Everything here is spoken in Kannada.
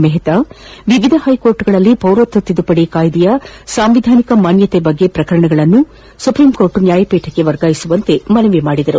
ಮೆಹ್ತಾ ವಿವಿಧ ಹೈಕೋರ್ಟ್ಗಳಲ್ಲಿ ಪೌರತ್ವ ತಿದ್ದುಪಡಿ ಕಾಯ್ದೆಯ ಸಾಂವಿಧಾನಿಕ ಮಾನ್ಯತೆ ಕುರಿತ ಪ್ರಕರಣಗಳನ್ನು ಸುಪ್ರೀಂಕೋರ್ಟ್ ನ್ಯಾಯಪೀಠಕ್ಕೆ ವರ್ಗಾಯಿಸುವಂತೆ ಮನವಿ ಮಾಡಿದರು